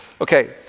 Okay